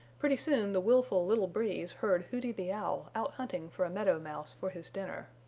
pretty soon the willful little breeze heard hooty the owl out hunting for a meadow mouse for his dinner.